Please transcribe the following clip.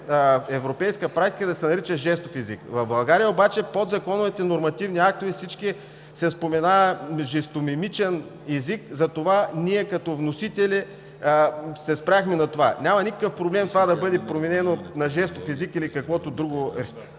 европейската практика да се нарича „жестов език“. В България обаче във всички подзаконови нормативни актове се споменава жестомимичен език, затова ние като вносители се спряхме на това. Няма никакъв проблем да бъде променен на „жестов език“ или каквото друго